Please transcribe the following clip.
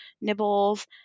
nibbles